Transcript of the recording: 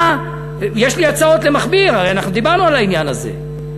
יש לי הצעות למכביר, אנחנו דיברנו על העניין הזה.